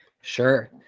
Sure